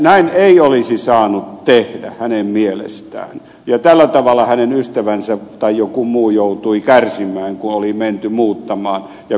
näin ei olisi saanut tehdä hänen mielestään ja tällä tavalla hänen ystävänsä tai joku muu joutui kärsimään kun oli menty muuttamaan